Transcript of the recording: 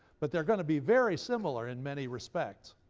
but they're going to be very similar, in many respects.